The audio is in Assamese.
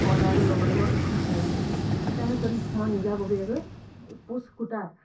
অৰ্ডাৰ ল'বলৈ মই বিচাৰিলোঁ তাৰপিছত মই নিজাববীয়াকৈ পোষ্ট খোঁটা